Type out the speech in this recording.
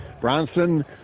Bronson